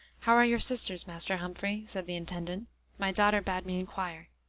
how are your sisters, master humphrey? said the intendant my daughter bade me inquire.